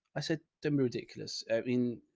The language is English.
i said. the moody colors. i mean,